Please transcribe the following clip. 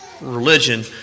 religion